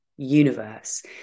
Universe